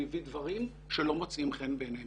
הביא דברים שלא מוצאים חן בעיני מישהו,